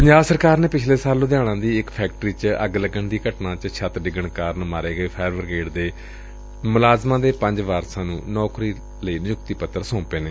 ਪੰਜਾਬ ਸਰਕਾਰ ਨੇ ਪਿਛਲੇ ਸਾਲ ਲੁਧਿਆਣਾ ਦੀ ਇਕ ਫੈਕਟਰੀ ਚ ਅੱਗ ਲੱਗਣ ਦੀ ਘਟਨਾ ਚ ਛੱਤ ਡਿੱਗਣ ਕਾਰਨ ਮਾਰੇ ਗਏ ਫਾਇਰ ਬਰਿਗੇਡ ਦੇ ਪੰਜ ਮੁਲਾਜ਼ਮਾਂ ਦੇ ਵਾਰਸਾਂ ਨੂੰ ਨੌਕਰੀ ਲਈ ਨਿਯੁਕਤੀ ਪੱਤਰ ਸੌਂਪੇ ਨੇ